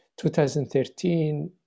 2013